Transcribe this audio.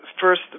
first